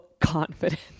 confident